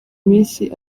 iminsi